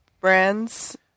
Brands